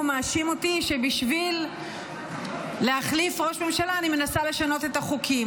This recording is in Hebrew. ומאשים אותי שבשביל להחליף ראש ממשלה אני מנסה לשנות את החוקים.